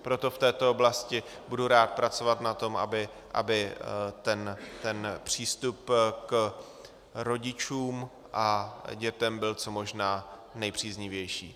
Proto v této oblasti budu rád pracovat na tom, aby přístup k rodičům a dětem byl co možná nejpříznivější.